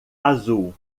azul